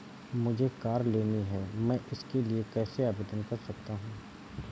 मुझे कार लेनी है मैं इसके लिए कैसे आवेदन कर सकता हूँ?